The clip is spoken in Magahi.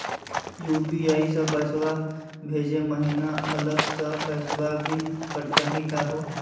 यू.पी.आई स पैसवा भेजै महिना अलग स पैसवा भी कटतही का हो?